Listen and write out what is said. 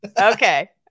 Okay